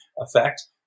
effect